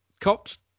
copped